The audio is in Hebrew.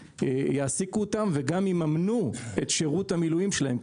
יעסיקו אותם וגם יממנו את שירות המילואים שלהם,